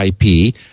IP